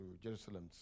Jerusalem